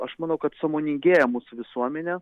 aš manau kad sąmoningėja mūsų visuomenė